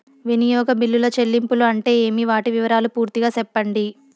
వినియోగ బిల్లుల చెల్లింపులు అంటే ఏమి? వాటి వివరాలు పూర్తిగా సెప్పండి?